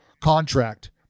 contract